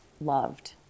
loved